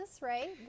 right